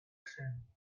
cent